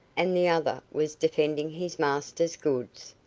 and the other was defending his master's goods.